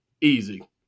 easy